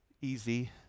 Easy